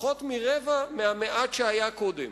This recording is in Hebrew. פחות מרבע מהמעט שהיה קודם.